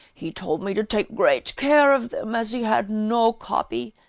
he told me to take great care of them as he had no copy.